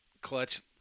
clutch –